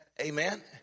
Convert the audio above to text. Amen